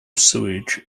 sewage